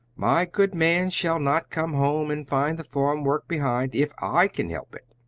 my good man shall not come home and find the farm-work behind if i can help it.